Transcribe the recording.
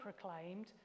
proclaimed